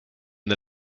the